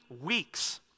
weeks